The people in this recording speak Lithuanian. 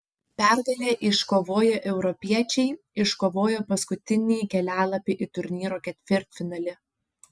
pergalę iškovoję europiečiai iškovojo paskutinį kelialapį į turnyro ketvirtfinalį